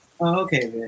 Okay